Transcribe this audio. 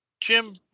Jim